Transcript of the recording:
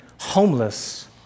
homeless